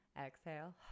Exhale